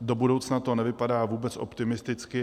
Do budoucna to nevypadá vůbec optimisticky.